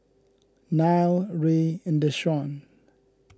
Nile Rey and Deshawn